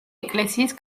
ეკლესიის